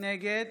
נגד